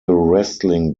wrestling